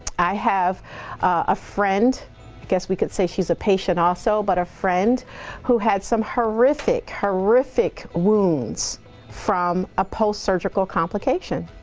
i have a friend i guess we could say she's a patient also but a friend who had some horrific horrific wounds from a post surgical complication.